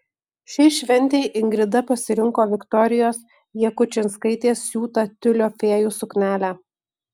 šiai šventei ingrida pasirinko viktorijos jakučinskaitės siūtą tiulio fėjų suknelę